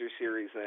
series